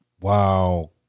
Wow